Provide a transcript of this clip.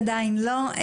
עדיין לא.